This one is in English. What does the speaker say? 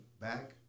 back